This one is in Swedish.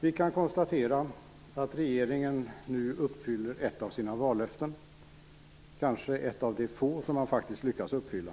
Vi kan konstatera att regeringen nu uppfyller ett av sina vallöften, kanske ett av de få som man faktiskt lyckas uppfylla.